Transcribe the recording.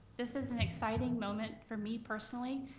this is an exciting moment for me personally,